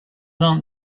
aunt